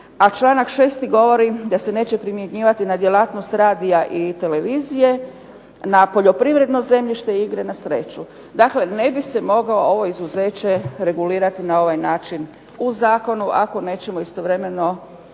a članak 6. govori da se neće primjenjivati na djelatnost radija i televizije, na poljoprivredno zemljište i igre na sreću. Dakle ne bi se mogao ovo izuzeće regulirati na ovaj način u zakonu, ako nećemo istovremeno